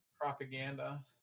Propaganda